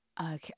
Okay